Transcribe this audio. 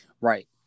right